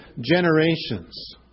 generations